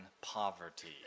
poverty